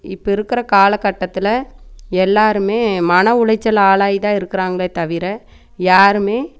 இப்போ இருக்கிற காலக்கட்டத்தில் எல்லோருமே மன உளைச்சல் ஆளாகி தான் இருக்கிறாங்களே தவிர யாரும்